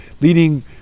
Leading